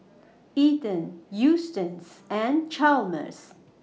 Ethen Eustace and Chalmers